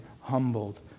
humbled